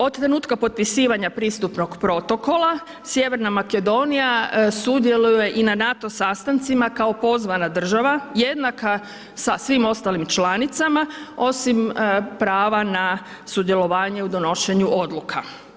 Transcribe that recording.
Od trenutka potpisivanja pristupnog protokola, sjeverna Makedonija sudjeluje i na NATO sastancima kao pozvana država jednaka sa svim ostalim članicama osim prava na sudjelovanje u donošenju odluka.